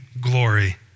glory